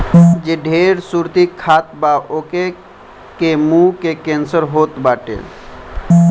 जे ढेर सुरती खात बा ओके के मुंहे के कैंसर होत बाटे